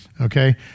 okay